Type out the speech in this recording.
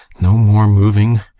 no more moving?